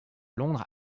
londres